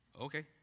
Okay